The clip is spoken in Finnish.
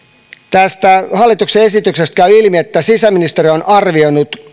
tästä hallituksen esityksestä käy ilmi että sisäministeriö on arvioinut